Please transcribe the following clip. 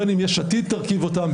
בין אם יש עתיד תרכיב אותן,